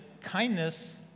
kindness